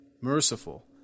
merciful